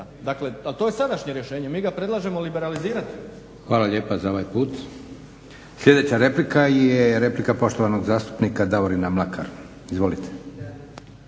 Dakle, a to je sadašnje rješenje, mi ga predlažemo liberalizirati. **Leko, Josip (SDP)** Hvala lijepa za ovaj put. Sljedeća replika je replika poštovanog zastupnika Davorina Mlakara. Izvolite.